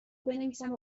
بنویسم